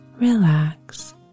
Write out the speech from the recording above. relax